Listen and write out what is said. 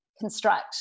construct